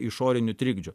išorinių trikdžių